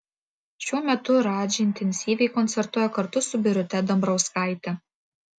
šiuo metu radži intensyviai koncertuoja kartu su birute dambrauskaite